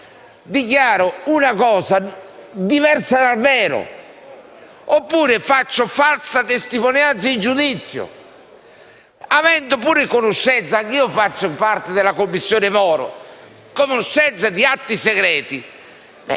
dichiari una cosa diversa dal vero oppure si faccia falsa testimonianza in giudizio. Avendo pure conoscenza, poiché faccio parte della "Commissione Moro", di atti segreti,